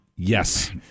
Yes